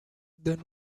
then